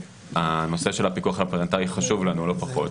הנושא של הפיקוח הפרלמנטרי חשוב לנו לא פחות,